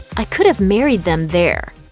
i could have married them there.